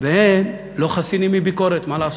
והם לא חסינים מביקורת, מה לעשות.